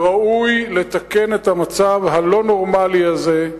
ראוי לתקן את המצב הלא-נורמלי הזה.